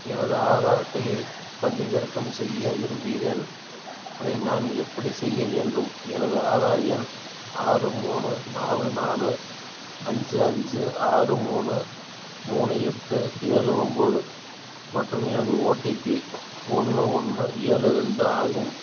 எனது ஆதார் அட்டையை பதிவிறக்கம் செய்ய விரும்புகிறேன் அதை நான் எப்படி செய்ய வேண்டும் எனது ஆதார் எண் ஆறு மூணு நாலு நாலு அஞ்சு அஞ்சு ஆறு மூணு மூணு எட்டு ஏழு ஒம்போது மற்றும் எனது ஓடிபி ஒன்று ஒன்று ஏழு ரெண்டு ஆகும்